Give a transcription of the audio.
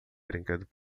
brinquedos